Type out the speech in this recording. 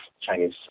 Chinese